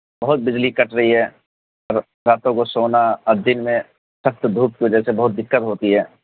بہت بجلی کٹ رہی ہے اور راتوں کو سونا اور دن میں سخت دھوپ کی وجہ سے بہت دقت ہوتی ہے